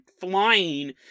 flying